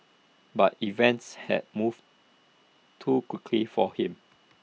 but events had moved too quickly for him